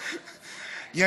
למה,